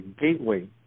gateway